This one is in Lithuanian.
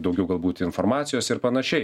daugiau galbūt informacijos ir panašiai